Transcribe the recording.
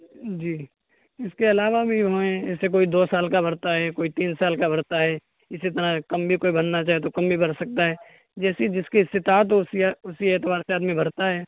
جی اس کے علاوہ بھی ہیں جیسے کوئی دو سال کا بھرتا ہے کوئی تین سال کا بھرتا ہے اسی طرح کم بھی کوئی بھرنا چاہے تو کم بھی بھر سکتا ہے جیسی جس کی استطاعت ہو اسی اسی اعتبار سے آدمی بھرتا ہے